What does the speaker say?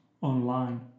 online